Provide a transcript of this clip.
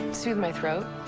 soothed my throat.